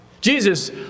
Jesus